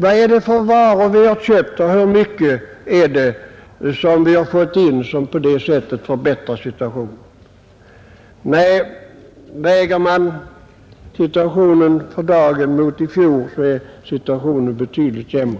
Vad är det för varor vi har köpt och hur mycket har vi fått in som på det sättet förbättrar situationen? Nej, jämför man situationen för dagen med fjolårets, så finner man att situationen är betydligt sämre.